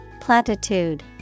Platitude